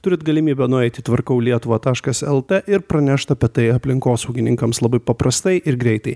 turit galimybę nueit į tvarkau lietuvą tašas lt ir pranešt apie tai aplinkosaugininkams labai paprastai ir greitai